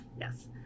yes